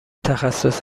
تخصص